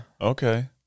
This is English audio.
Okay